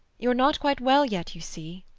you're not quite well yet, you see.